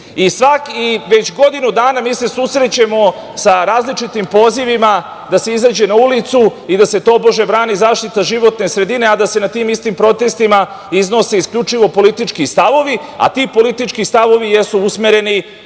pokretima. Već godinu dana mi se susrećemo sa različitim pozivima da se izađe na ulicu i da se tobože brani zaštita životne sredine i da se na tim istim protestima iznose isključivo politički stavovi. Ti politički stavovi jesu usmereni